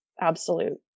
absolute